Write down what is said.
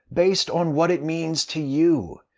based on what it means to you.